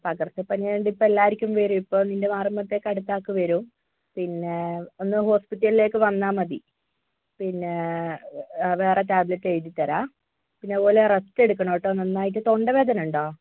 പകർച്ച പനി ആയതുകൊണ്ട് ഇപ്പോൾ എല്ലാവർക്കും വരും ഇപ്പോൾ നിൻ്റെ മാറുമ്പോഴത്തേക്കും അടുത്ത ആൾക്ക് വരും പിന്നെ ഒന്ന് ഹോസ്പിറ്റലിലേക്ക് വന്നാൽ മതി പിന്നെ വേറെ ടാബ്ലറ്റ് എഴുതി തരാം പിന്നെ അതുപോലെ റസ്റ്റ് എടുക്കണം കേട്ടോ നന്നായിട്ട് തൊണ്ട വേദന ഉണ്ടോ